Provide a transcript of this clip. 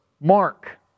Mark